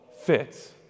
fits